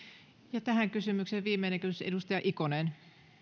ja tähän kysymykseen viimeinen kysymys edustaja ikonen